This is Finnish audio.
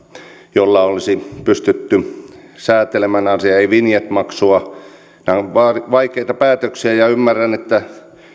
jolla olisi pystytty säätelemään asiaa ei vinjet maksua nämä ovat vaikeita päätöksiä ja ymmärrän että